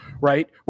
right